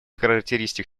характеристик